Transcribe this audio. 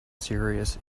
serious